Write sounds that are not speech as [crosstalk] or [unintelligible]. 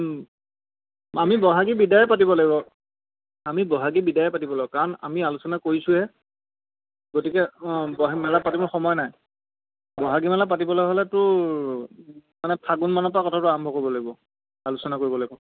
আমি ব'হাগী বিদায়েই পাতিব লাগিব আমি ব'হাগী বিদায়ে পাতিব লাগিব কাৰণ আমি আলোচনা কৰিছোঁহে গতিকে [unintelligible] মেলা পাতিব সময় নাই ব'হাগী মেলা পাতিবলে হ'লেতো মানে ফাগুন মানৰ পৰা কথাটো আৰম্ভ কৰিব লাগিব আলোচনা কৰিব লাগিব